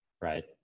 right